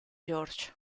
george